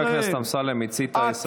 חבר הכנסת אמסלם, מיצית עשר דקות.